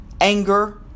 anger